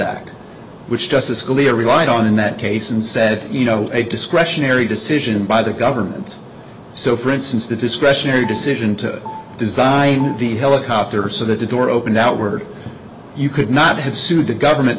act which justice scalia relied on in that case and said you know a discretionary decision by the government so for instance the discretionary decision to design the helicopter so that the door opened outward you could not have sued the government